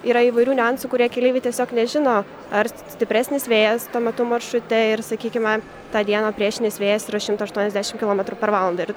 yra įvairių niuansų kurie keleiviai tiesiog nežino ar stipresnis vėjas tuo metu maršrute ir sakykime tą dieną priešinis vėjas yra šimto aštuoniasdešim kilometrų per valandą ir